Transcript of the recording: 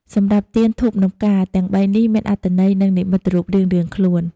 សម្រាប់ ទាន ធូប និងផ្កា ទាំងបីនេះមានអត្ថន័យ នឹងនិមិត្តរូបរៀងៗខ្លួន។